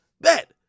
Bet